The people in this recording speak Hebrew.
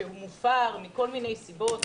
שמופר מכל מיני סיבות,